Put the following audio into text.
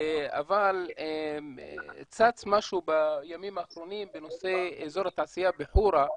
אבל צץ משהו בימים האחרונים בנושא אזור התעשייה בחורה,